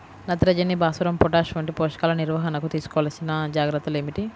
నత్రజని, భాస్వరం, పొటాష్ వంటి పోషకాల నిర్వహణకు తీసుకోవలసిన జాగ్రత్తలు ఏమిటీ?